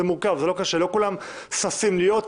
זה מורכב, לא כולם ששים להיות.